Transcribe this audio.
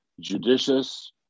judicious